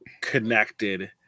connected